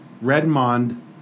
Redmond